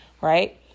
right